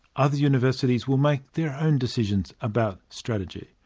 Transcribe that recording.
other universities will make their own decisions about strategy.